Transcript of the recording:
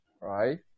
right